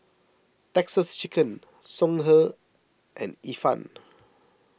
Texas Chicken Songhe and Ifan